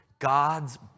God's